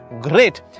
great